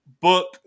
book